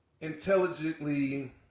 intelligently